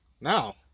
Now